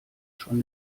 schon